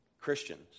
Christians